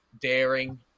daring